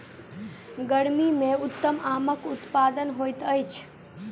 गर्मी मे उत्तम आमक उत्पादन होइत अछि